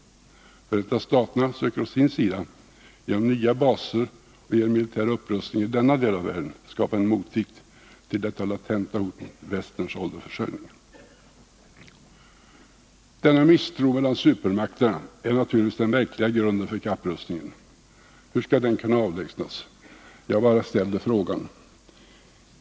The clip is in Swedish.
Förenta staterna söker å sin sida genom nya baser och genom militär upprustning i denna del av världen skapa en motvikt till detta latenta hot mot västerns oljeförsörjning. Denna misstro mellan supermakterna är naturligtvis den verkliga grunden för kapprustningen. Hur skall den kunna avlägsnas? Jag bara ställer frågan.